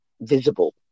visible